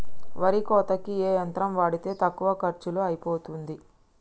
వరి కోతకి ఏ యంత్రం వాడితే తక్కువ ఖర్చులో అయిపోతుంది?